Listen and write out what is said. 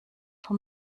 vom